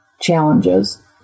challenges